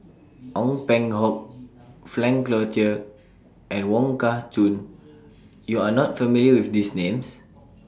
Ong Peng Hock Frank Cloutier and Wong Kah Chun YOU Are not familiar with These Names